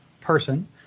person